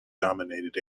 dominated